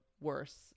worse